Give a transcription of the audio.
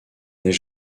n’ait